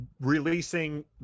releasing